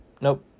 nope